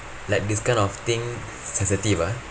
like this kind of thing sensitive ah